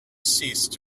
ceased